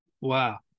Wow